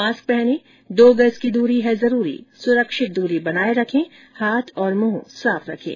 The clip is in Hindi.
मास्क पहनें दो गज की दूरी है जरूरी सुरक्षित दूरी बनाए रखें हाथ और मुंह साफ रखें